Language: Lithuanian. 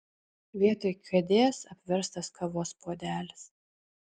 vietoj kėdės apverstas kavos puodelis